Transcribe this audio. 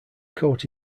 coat